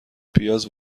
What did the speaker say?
پیاز